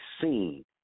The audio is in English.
seen